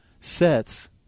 sets